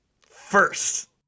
First